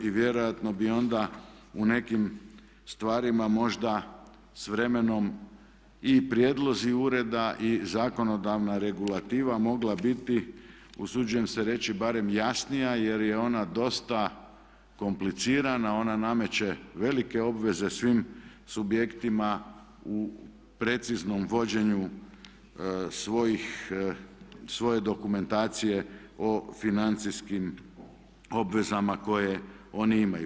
I vjerojatno bi onda u nekim stvarima možda s vremenom i prijedlozi ureda i zakonodavna regulativa mogla biti, usuđujem se reći barem jasnija jer je ona dosta komplicirana, ona nameće velike obveze svim subjektima u preciznom vođenju svoje dokumentacije o financijskim obvezama koje oni imaju.